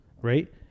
right